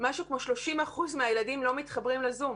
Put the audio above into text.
משהו כמו 30% מהילדים לא מתחברים לזום.